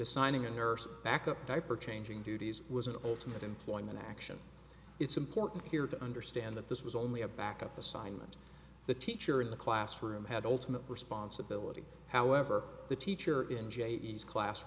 assigning a nurse backup diaper changing duties was an ultimate employment action it's important here to understand that this was only a back up assignment the teacher in the classroom had ultimate responsibility however the teacher in jes class